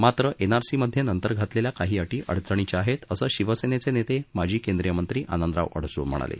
मात्र एनआरसीमध्ये नंतर घातलेल्या काही अटी अडचणीच्या आहेत असं शिवसेनेचे नेते माजी केंद्रीय मंत्री आनंदराव अडसूळ म्हणाले